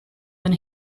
when